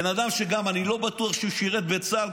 בן אדם שגם אני לא בטוח שהוא שירת בצה"ל.